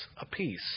apiece